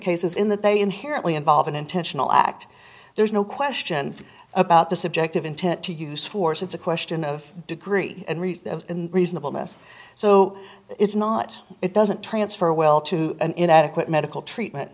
cases in that they inherently involve an intentional act there's no question about the subjective intent to use force it's a question of degree of reasonable mess so it's not it doesn't transfer well to an inadequate medical treatment